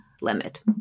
limit